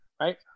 right